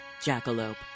jackalope